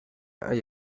hay